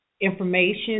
information